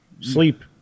sleep